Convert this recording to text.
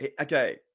Okay